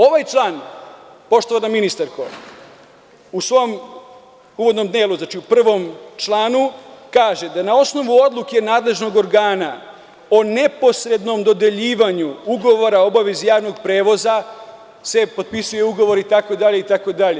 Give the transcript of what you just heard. Ovaj član, poštovana ministarko, u svom uvodnom delu, u prvom članu, kaže da na osnovu odluke nadležnog organa o neposrednom dodeljivanju ugovora o obavezi javnog prevoza se potpisuju ugovori, itd, itd.